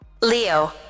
Leo